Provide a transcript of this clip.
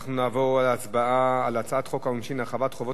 נעבור להצבעה על הצעת חוק העונשין (הרחבת חובות